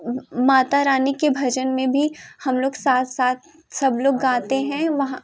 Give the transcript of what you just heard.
माता रानी के भजन में भी हम लोग साथ साथ सब लोग गाते हैं वहाँ